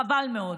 חבל מאוד.